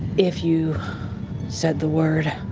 if you said the word.